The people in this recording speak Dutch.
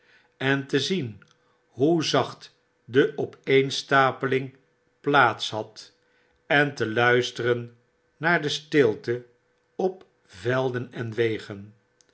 en te zien hoe zacht de opeenstapeling plaats had en te luisteren naar de stilte op velden en wegen